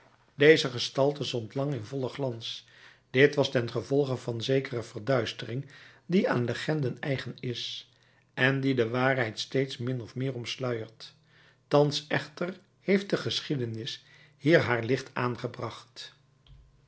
deze gestalte stond lang in vollen glans dit was ten gevolge van zekere verduistering die aan legenden eigen is en die de waarheid steeds min of meer omsluiert thans echter heeft de geschiedenis hier haar licht aangebracht